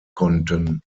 konnten